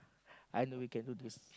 I know we can do this